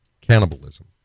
Cannibalism